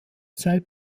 zeit